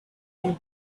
sea